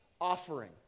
offering